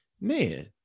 man